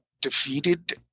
defeated